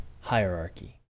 hierarchy